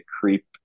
creep